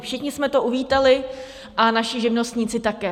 Všichni jsme to uvítali a naši živnostníci také.